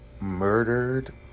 murdered